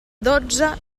dotze